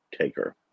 Taker